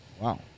wow